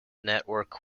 network